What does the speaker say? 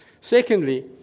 Secondly